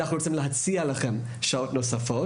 אנחנו רוצים להציע לכם שעות נוספות".